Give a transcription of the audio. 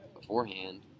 beforehand